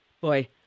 boy